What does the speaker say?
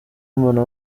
mbona